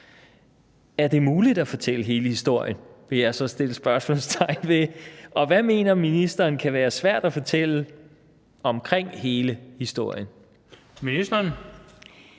Er det muligt at fortælle hele historien? Det vil jeg så sætte spørgsmålstegn ved. Og hvad mener ministeren kan være svært at fortælle om i forhold til hele historien?